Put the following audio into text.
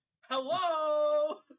Hello